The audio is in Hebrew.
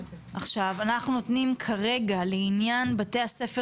עכשיו אנחנו נותנים כרגע לעניין בתי הספר